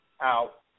out